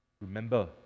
Remember